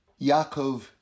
Yaakov